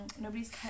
nobody's